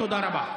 תודה רבה.